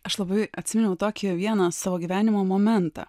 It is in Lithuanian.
aš labai atsiminiau tokį vieną savo gyvenimo momentą